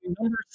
number